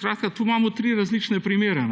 Skratka tukaj imamo tri različne primere.